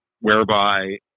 whereby